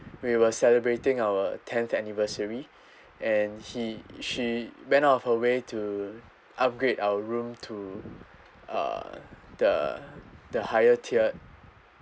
we were celebrating our tenth anniversary and he she she went out of her way to upgrade our room to uh the the higher tiered